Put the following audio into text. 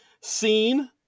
seen